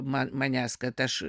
man manęs kad aš